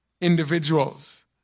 individuals